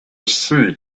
sea